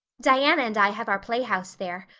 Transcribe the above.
diana and i have our playhouse there.